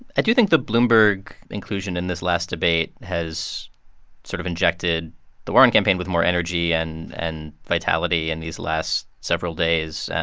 i do think the bloomberg inclusion in this last debate has sort of injected the warren campaign with more energy and and vitality in these last several days.